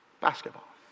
basketball